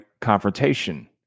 confrontation